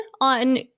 on